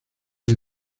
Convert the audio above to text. del